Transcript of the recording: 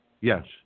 yes